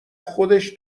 خودش